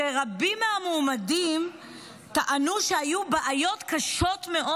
שרבים מהמועמדים טענו שהיו בעיות קשות מאוד